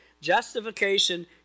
justification